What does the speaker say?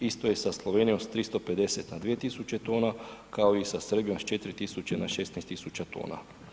Isto je sa Slovenijom sa 350 na 2000 tona kao i sa Srbijom sa 4000 na 16000 tona.